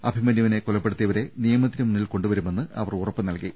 അഭി മന്യുവിനെ കൊലപ്പെടുത്തിയവരെ നിയമത്തിന് മുന്നിൽ കൊണ്ടുവരുമെന്ന് അവർ ഉറപ്പ് നൽകി